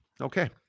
Okay